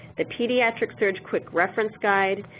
the pediatric surge quick reference guide,